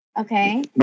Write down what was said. Okay